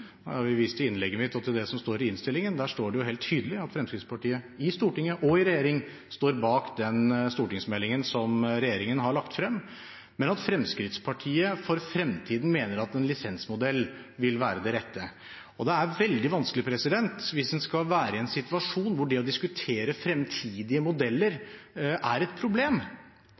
til innlegget mitt og til det som står i innstillingen. Der står det helt tydelig at Fremskrittspartiet i Stortinget og i regjering står bak stortingsmeldingen som regjeringen har lagt frem, men at Fremskrittspartiet for fremtiden mener at en lisensmodell vil være det rette. Det ville blitt veldig vanskelig hvis en skulle være i en situasjon der det å diskutere fremtidige modeller er et problem.